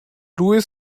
louis